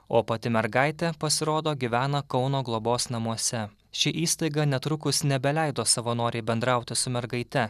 o pati mergaitė pasirodo gyvena kauno globos namuose ši įstaiga netrukus nebeleido savanorei bendrauti su mergaite